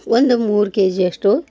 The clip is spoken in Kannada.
ಒಂದು ಮೂರು ಕೆ ಜಿಯಷ್ಟು